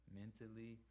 mentally